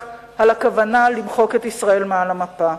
על הכוונה למחוק את ישראל מעל המפה.